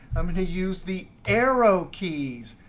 i'm going to use the arrow keys.